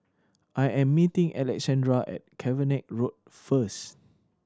I am meeting Alexandria at Cavenagh Road first